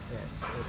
Yes